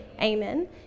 amen